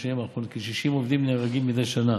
בשנים האחרונות כ-60 עובדים נהרגים מדי שנה